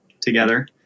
together